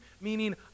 meaning